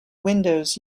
windows